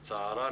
לצערה,